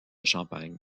champagne